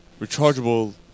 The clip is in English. rechargeable